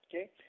okay